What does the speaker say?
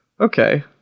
Okay